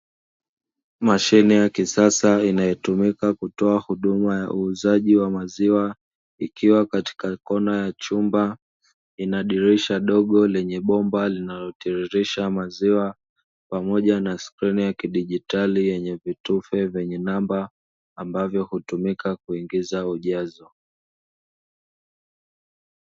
Mashine ya kisasa inayotumika kutoa huduma ya uuzaji wa maziwa, ikiwa katika kona ya chumba, ina dirisha dogo lenye bomba linalotiririsha maziwa, pamoja na skrini ya kidigitali yenye vitufe vyenye namba ambavyo hutumika kuingiza ujazo.